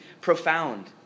profound